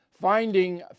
Finding